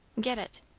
get it.